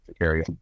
area